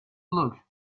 look